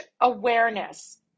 awareness